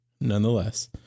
nonetheless